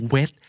Wet